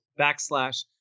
backslash